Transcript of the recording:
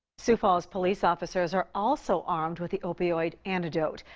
sioux falls police officers are also armed with the opioid antidote.